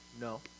no